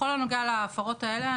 ובכל הנוגע להפרות האלה,